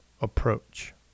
approach